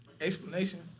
explanation